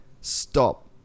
stop